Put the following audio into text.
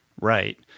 Right